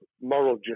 moral